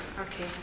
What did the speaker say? Okay